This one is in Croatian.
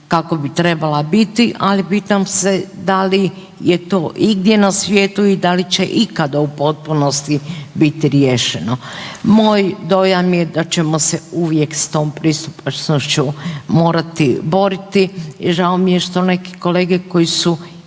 kako bi trebala biti, ali pitam se, da li je to igdje na svijetu i da li će ikada u potpunosti biti riješeno? Moj dojam je da ćemo se uvijek s tom pristupačnošću morati boriti, žao mi je što neki kolege koji su